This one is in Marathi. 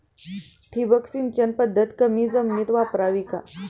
ठिबक सिंचन पद्धत कमी जमिनीत वापरावी का?